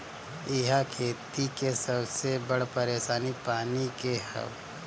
इहा खेती के सबसे बड़ परेशानी पानी के हअ